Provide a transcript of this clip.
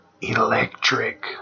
electric